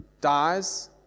dies